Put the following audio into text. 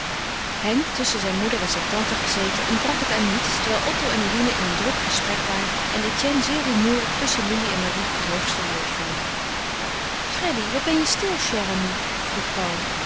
henk tusschen zijn moeder en zijn tante gezeten ontbrak het aan niets terwijl otto en eline in een druk gesprek waren en etienne zeer rumoerig tusschen lili en marie het hoogste woord voerde freddy wat ben je stil chère amie vroeg paul